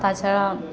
তাছাড়া